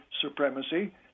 supremacy